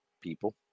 people